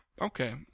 okay